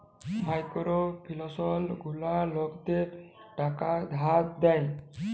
micro ফিলালস গুলা লকদের টাকা ধার দেয়